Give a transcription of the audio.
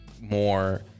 more